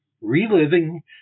Reliving